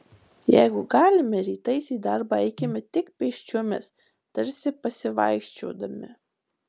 jeigu galime rytais į darbą eikime tik pėsčiomis tarsi pasivaikščiodami